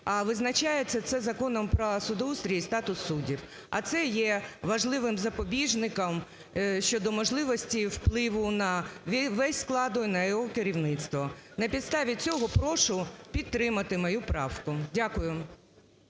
а визначається це Законом "Про судоустрій і статус суддів". А це є важливим запобіжником щодо можливості впливу на весь склад і на його керівництво. На підставі цього прошу підтримати мою правку. Дякую.